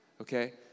Okay